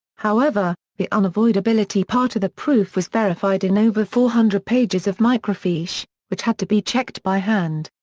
however, the unavoidability part of the proof was verified in over four hundred pages of microfiche, which had to be checked by hand.